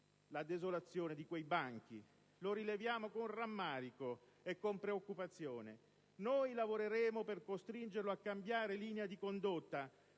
la desolazione di quei banchi. Lo rileviamo con rammarico e preoccupazione. Noi lavoreremo per costringerlo a cambiare linea di condotta: